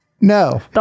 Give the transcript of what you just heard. No